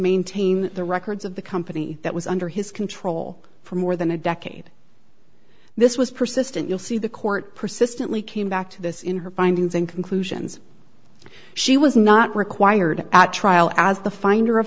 maintain the records of the company that was under his control for more than a decade this was persistent you'll see the court persistently came back to this in her findings and conclusions she was not required at trial as the finder